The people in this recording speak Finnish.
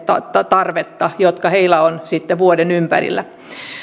tarvetta joka heillä on ympäri vuoden